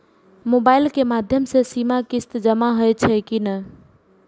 Mobile के माध्यम से सीमा किस्त जमा होई छै कि नहिं?